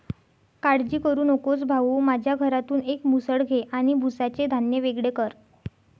काळजी करू नकोस भाऊ, माझ्या घरातून एक मुसळ घे आणि भुसाचे धान्य वेगळे कर